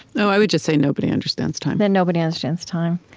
so i would just say nobody understands time that nobody understands time?